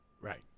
Right